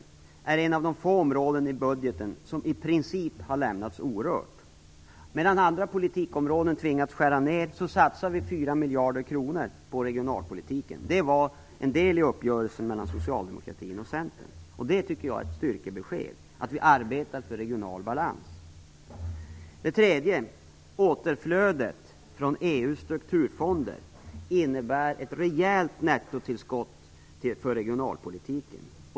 Det är en av de få områdena i budgeten som i princip har lämnats orört. Medan andra politikområden har tvingats skära ned, satsar regeringen 4 miljarder kronor på regionalpolitiken. Detta var en del av uppgörelsen mellan Socialdemokraterna och Centern. Detta tycker jag är ett styrkebesked - vi arbetar för regional balans. För det tredje gäller det återflödet från EU:s strukturfonder. Det innebär ett rejält nettotillskott till regionalpolitiken.